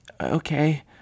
Okay